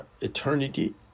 eternity